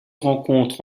rencontre